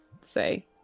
Say